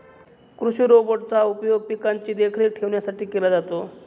कृषि रोबोट चा उपयोग पिकांची देखरेख ठेवण्यासाठी केला जातो